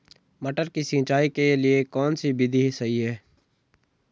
मटर की सिंचाई के लिए कौन सी विधि सही है?